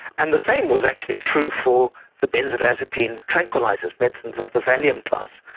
and the same was actually true for the benzodiazepine tranquillisers, medicines of the valium class.